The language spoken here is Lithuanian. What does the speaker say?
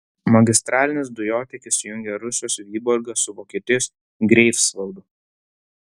magistralinis dujotiekis jungia rusijos vyborgą su vokietijos greifsvaldu